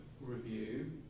Review